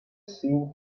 seen